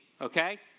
okay